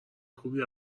خوبی